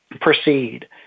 proceed